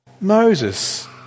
Moses